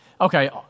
Okay